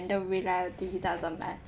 the reality doesn't match